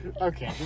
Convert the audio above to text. Okay